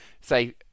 say